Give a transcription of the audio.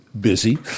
busy